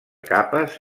capes